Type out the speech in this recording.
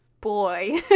boy